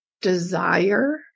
desire